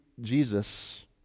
Jesus